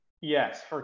Yes